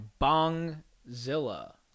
Bongzilla